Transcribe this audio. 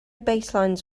baselines